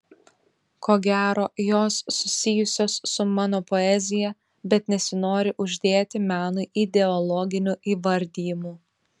ko gero jos susijusios su mano poezija bet nesinori uždėti menui ideologinių įvardijimų